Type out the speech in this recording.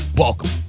Welcome